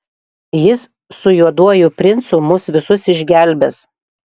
jis su juoduoju princu mus visus išgelbės